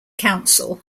council